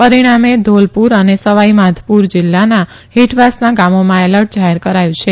રીણામે ધોલપુર અને સવાઈ માધપુર જીલ્લાઓના હેઠવાસના ગામોમાં એલર્ટ જાહેર કરાયું છે